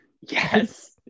yes